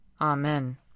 Amen